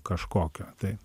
kažkokio tai